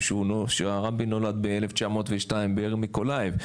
שהרבי נולד ב-1902 בעיר מיקולאייב.